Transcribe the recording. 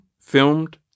filmed